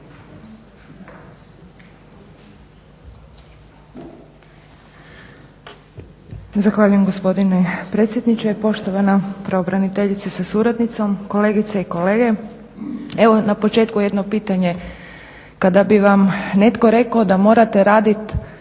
Zahvaljujem, gospodine predsjedniče. Poštovana pravobraniteljice sa suradnicom, kolegice i kolege. Evo na početku jedno pitanje, kada bi vam netko rekao da morate radit